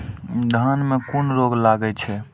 धान में कुन रोग लागे छै?